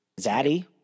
zaddy